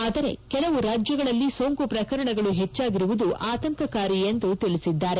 ಆದರೆ ಕೆಲವು ರಾಜ್ಗಗಳಲ್ಲಿ ಸೋಂಕು ಶ್ರಕರಣಗಳು ಹೆಚ್ಚಾಗಿರುವುದು ಆತಂಕಕಾರಿ ಎಂದು ತಿಳಿಸಿದ್ದಾರೆ